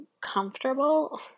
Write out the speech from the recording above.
comfortable